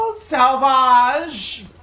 Salvage